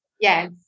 Yes